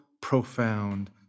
profound